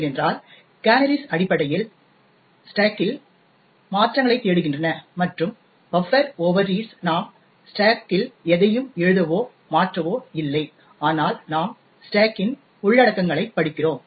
ஏனென்றால் கேனரிஸ் அடிப்படையில் ஸ்டேக்கில் மாற்றங்களைத் தேடுகின்றன மற்றும் பஃப்பர் ஓவர்ரீட்ஸ் நாம் ஸ்டேக்கில் எதையும் எழுதவோ மாற்றவோ இல்லை ஆனால் நாம் ஸ்டேக்கின் உள்ளடக்கங்களைப் படிக்கிறோம்